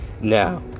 now